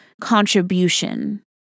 contribution